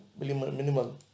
minimal